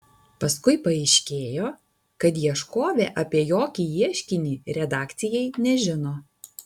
paskui paaiškėjo kad ieškovė apie jokį ieškinį redakcijai nežino